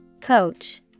Coach